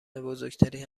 بزرگتری